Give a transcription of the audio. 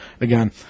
again